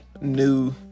new